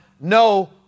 no